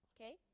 Okay